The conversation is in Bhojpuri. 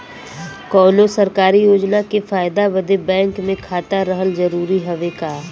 कौनो सरकारी योजना के फायदा बदे बैंक मे खाता रहल जरूरी हवे का?